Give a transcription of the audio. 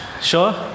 Sure